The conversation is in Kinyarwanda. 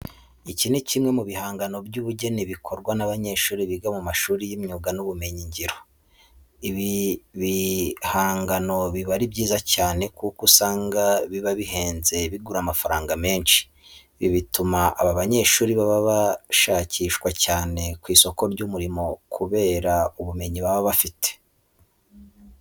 Iki ni kimwe mu bihangano by'ubugeni bikorwa n'abanyeshuri biga mu mashuri y'imyuga n'ubumenyingiro. Ibi bigangano biba ari byiza cyane kuko usanga biba bihenze bigura amafaranga menshi. Ibi bituma aba banyeshuri baba bashakishwa cyane ku isoko ry'umurimo kubera ubumenyi baba bafite.